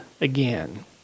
again